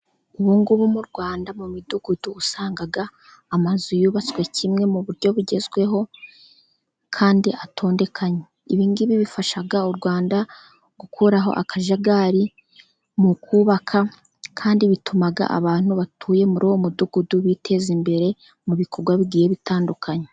Ubungubu mu Rwanda mu midugudu usanga amazu yubatswe kimwe mu buryo bugezweho kandi atondetse. Ibingibi bifasha u Rwanda gukuraho akajagari mu kubaka. Kandi bituma abantu batuye muri uwo mudugudu biteza imbere mu bikorwa bigiye bitandukanye.